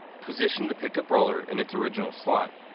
position the pickup roller in its original slot.